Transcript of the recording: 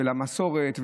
למסורת,